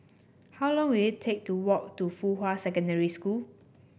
how long will it take to walk to Fuhua Secondary School